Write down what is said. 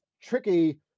tricky